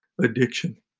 addiction